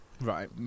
Right